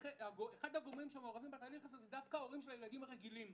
אחד הגורמים שמעורבים בתהליך הזה הוא דווקא ההורים של הילדים הרגילים.